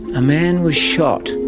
a man was shot,